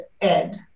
Ed